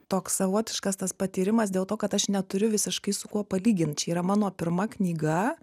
toks savotiškas tas patyrimas dėl to kad aš neturiu visiškai su kuo palygint čia yra mano pirma knyga